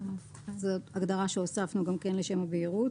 זו הגדרה שהוספנו גם כן לשם הבהירות,